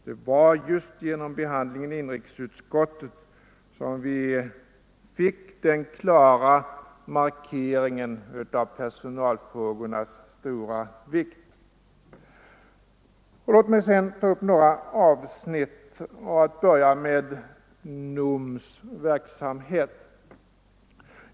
Det var just genom behandlingen i inrikesutskottet som vi fick den klara markeringen av personalfrågornas stora vikt. Låt mig sedan ta upp några avsnitt, till att börja med NOM:s verksamhet.